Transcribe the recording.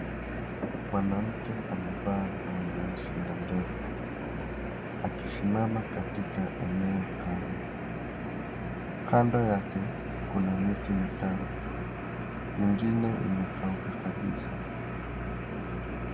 Mwanamke amevaa nguo nyeusi na ndefu akisimamma katika eneo kavu. Kando yake kuna miti mikavu, mingine imekauka kabisa.